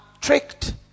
tricked